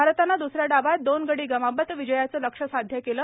भारतानं दुसऱ्या डावात दोन गडी गमावत विजयाचं लक्ष्य साध्य केलं